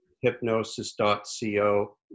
hypnosis.co